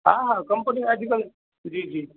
हा हा कंपनीअ या अॼु कल्ह जी जी